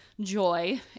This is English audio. joy